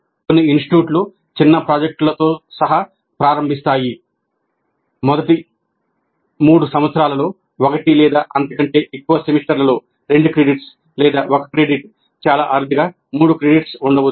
కొన్ని ఇన్స్టిట్యూట్లు చిన్న ప్రాజెక్టులతో సహా ప్రారంభించాయి మొదటి 3 సంవత్సరాల్లో ఒకటి లేదా అంతకంటే ఎక్కువ సెమిస్టర్లలో రెండు క్రెడిట్స్ లేదా ఒక క్రెడిట్ చాలా అరుదుగా మూడు క్రెడిట్స్ ఉండవచ్చు